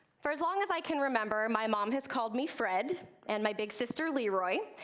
for as long as i can remember, my mom has called me fred and my big sister leroy,